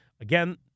again